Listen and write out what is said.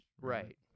Right